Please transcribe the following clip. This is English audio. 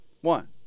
one